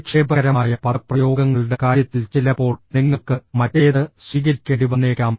അധിക്ഷേപകരമായ പദപ്രയോഗങ്ങളുടെ കാര്യത്തിൽ ചിലപ്പോൾ നിങ്ങൾക്ക് മറ്റേത് സ്വീകരിക്കേണ്ടി വന്നേക്കാം